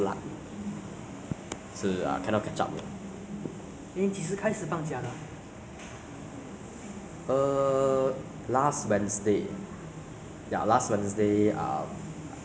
semester break so I think until the last week of september will be like my last week of holiday lah before the october semesters begin lor